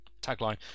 Tagline